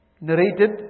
narrated